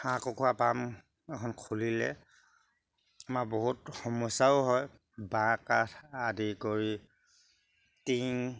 হাঁহ কুকুৰা পাম এখন খুলিলে আমাৰ বহুত সমস্যাও হয় বাঁহ কাঠ আদি কৰি টিং